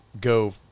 go